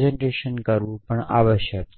કરવું પણ આવશ્યક છે